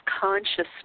consciousness